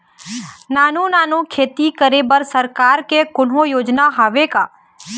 नानू नानू खेती करे बर सरकार के कोन्हो योजना हावे का?